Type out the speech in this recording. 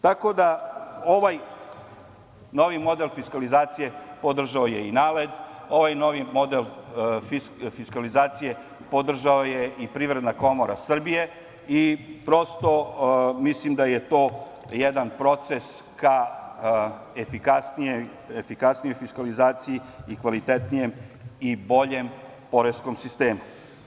Tako da, ovaj novi model fiskalizacije podržao je i NALED, ovaj novi model fiskalizacije podržala je i Privredna komora Srbije i prosto mislim da je to jedan proces ka efikasnijoj fiskalizaciji i kvalitetnijem i boljem poreskom sistemu.